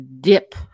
dip